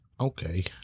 Okay